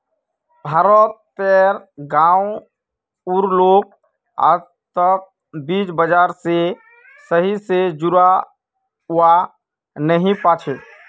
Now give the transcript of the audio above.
भारत तेर गांव उर लोग आजतक वित्त बाजार से सही से जुड़ा वा नहीं पा छे